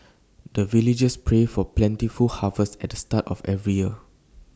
the villagers pray for plentiful harvest at the start of every year